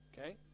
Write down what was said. Okay